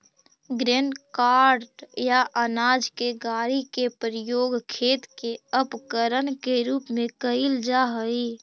grain cart या अनाज के गाड़ी के प्रयोग खेत के उपकरण के रूप में कईल जा हई